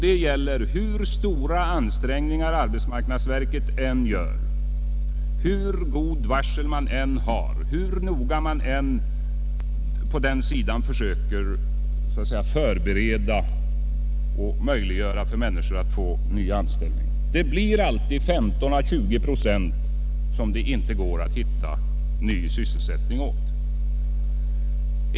Det gäller hur stora ansträngningar arbetsmaårknadsverket än gör, hur gott varsel man än har, hur noga man än på den sidan försöker förbereda det hela och möjliggöra för människor att få nya anställningar. Det blir alltid 15 — 20 procent åt vilka det inte går att hitta ny sysselsättning.